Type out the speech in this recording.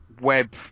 web